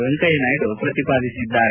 ವೆಂಕಯ್ತ ನಾಯ್ದ ಪ್ರತಿಪಾದಿಸಿದ್ದಾರೆ